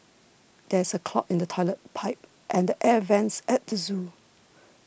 there is a clog in the Toilet Pipe and the Air Vents at the zoo